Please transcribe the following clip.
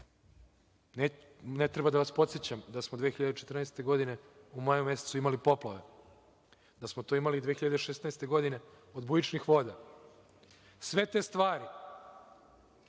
Ne treba da vas podsećam da smo 2014. godine u maju mesecu imali poplave, da smo to imali i 2016. godine od bujičnih voda. Sve te stvari,